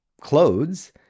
clothes